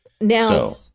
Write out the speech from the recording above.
Now